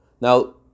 Now